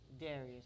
Darius